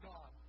God